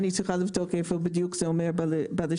אני צריכה לבדוק איפה בדיוק זה עומד בלשכה